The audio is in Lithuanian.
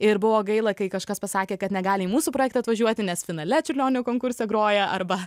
ir buvo gaila kai kažkas pasakė kad negali į mūsų projektą atvažiuoti nes finale čiurlionio konkurse groja arba